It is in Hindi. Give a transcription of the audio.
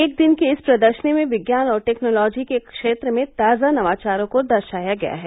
एक दिन की इस प्रदर्शनी में विज्ञान और टेक्नोलॉजी के क्षेत्र में ताजा नवाचारों को दर्शाया गया है